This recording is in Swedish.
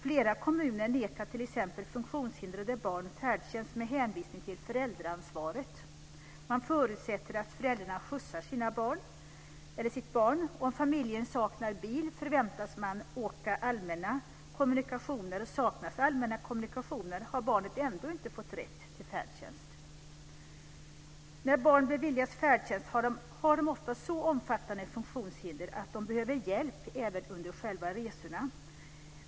Flera kommuner nekar t.ex. funktionshindrade barn färdtjänst med hänvisning till föräldraansvaret. Man förutsätter att föräldrarna skjutsar sitt eller sina barn. Om familjen saknar bil förväntas man åka allmänna kommunikationer. Saknas allmänna kommunikationer har barnet ändå inte fått rätt till färdtjänst. När barn beviljas färdtjänst har de oftast så omfattande funktionshinder att de behöver hjälp även under själva resorna.